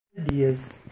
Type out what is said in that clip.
Ideas